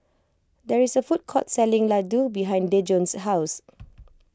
there is a food court selling Ladoo behind Dejon's house